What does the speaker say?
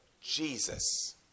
Jesus